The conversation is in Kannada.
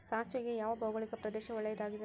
ಸಾಸಿವೆಗೆ ಯಾವ ಭೌಗೋಳಿಕ ಪ್ರದೇಶ ಒಳ್ಳೆಯದಾಗಿದೆ?